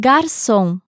Garçom